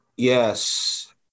Yes